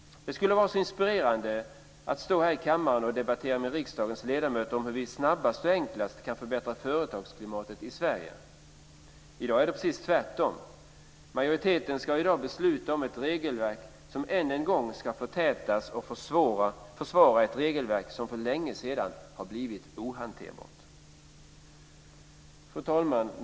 Det skulle vara så inspirerande att stå här i kammaren och debattera med riksdagens ledamöter om hur vi snabbast och enklast kan förbättra företagarklimatet i Sverige. I dag är det precis tvärtom. Majoriteten ska i dag besluta om ett regelverket som än en gång ska förtätas och försvara ett regelverk som för länge sedan har blivit ohanterbart. Fru talman!